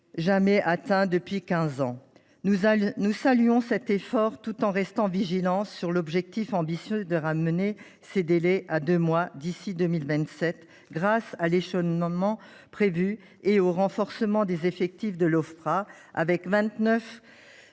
jamais atteint depuis quinze ans. Nous saluons cet effort, tout en restant vigilants sur l’objectif ambitieux de ramener ces délais à deux mois d’ici à 2027, grâce à l’échelonnement prévu et au renforcement des effectifs de l’Ofpra, avec